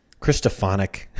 Christophonic